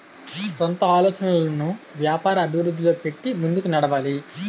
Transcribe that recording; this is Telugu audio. సొంత ఆలోచనలను వ్యాపార అభివృద్ధిలో పెట్టి ముందుకు నడవాలి